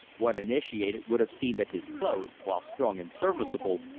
one initiated would have seen that his clothes, while strong and serviceable,